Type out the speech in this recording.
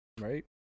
Right